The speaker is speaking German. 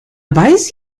weiß